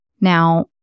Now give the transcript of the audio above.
Now